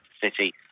City